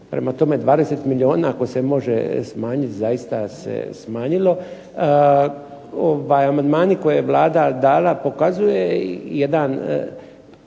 Prema tome, 20 milijuna ako se može smanjiti zaista se smanjilo. Amandmani koje je Vlada dala pokazuje jedan